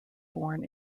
born